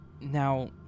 Now